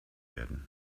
werden